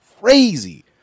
crazy